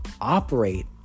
operate